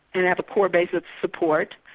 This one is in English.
and have a core base of support,